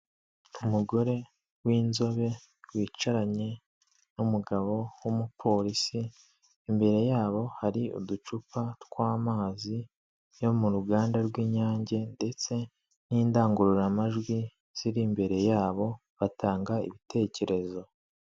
Umugore w'inzobe wicaranye n'umugabo w'umupolisi, imbere yabo hari uducupa tw'amazi yo mu ruganda rw'inyange ndetse n'indangururamajwi ziri imbere yabo, batanga ibitekerezo.